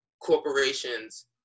corporations